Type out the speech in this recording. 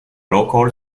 local